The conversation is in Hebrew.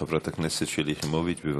חברת הכנסת שלי יחימוביץ, בבקשה.